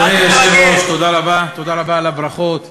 כאילו מלחמת עולם עכשיו.